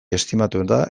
estimatuena